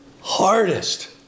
hardest